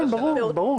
כן, ברור.